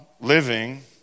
living